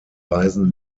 weisen